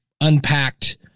unpacked